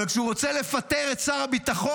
אבל כשהוא רוצה לפטר את שר הביטחון,